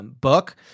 book